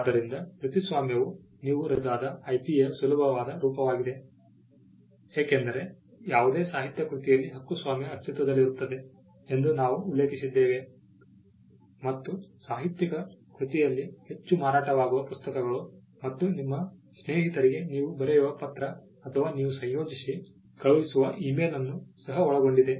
ಆದ್ದರಿಂದ ಕೃತಿಸ್ವಾಮ್ಯವು ನೀವು ರಚಿಸಬಹುದಾದ IP ಯ ಸುಲಭವಾದ ರೂಪವಾಗಿದೆ ಏಕೆಂದರೆ ಯಾವುದೇ ಸಾಹಿತ್ಯ ಕೃತಿಯಲ್ಲಿ ಹಕ್ಕುಸ್ವಾಮ್ಯ ಅಸ್ತಿತ್ವದಲ್ಲಿರುತ್ತದೆ ಎಂದು ನಾವು ಉಲ್ಲೇಖಿಸಿದ್ದೇವೆ ಮತ್ತು ಸಾಹಿತ್ಯಿಕ ಕೃತಿಯಲ್ಲಿ ಹೆಚ್ಚು ಮಾರಾಟವಾಗುವ ಪುಸ್ತಕಗಳು ಮತ್ತು ನಿಮ್ಮ ಸ್ನೇಹಿತರಿಗೆ ನೀವು ಬರೆಯುವ ಪತ್ರ ಅಥವಾ ನೀವು ಸಂಯೋಜಿಸಿ ಕಳುಹಿಸುವ ಇಮೇಲ್ ಅನ್ನು ಸಹ ಒಳಗೊಂಡಿದೆ